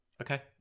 Okay